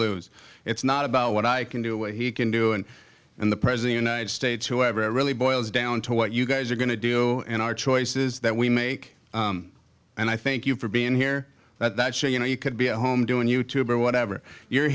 lose it's not about what i can do what he can do and in the present united states whoever it really boils down to what you guys are going to do and our choices that we make and i thank you for being here that show you know you could be at home doing you tube or whatever you're